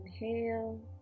Inhale